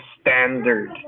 standard